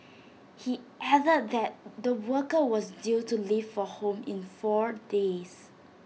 he added that the worker was due to leave for home in four days